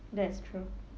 that is true